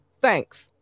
thanks